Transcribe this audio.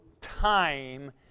time